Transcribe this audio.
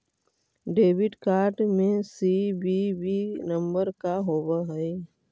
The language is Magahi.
डेबिट कार्ड में सी.वी.वी नंबर का होव हइ?